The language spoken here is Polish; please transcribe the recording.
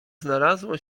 znalazło